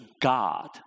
God